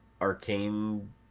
arcane